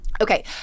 Okay